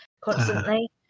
constantly